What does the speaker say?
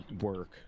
work